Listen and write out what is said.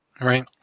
Right